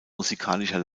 musikalischer